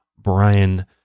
Brian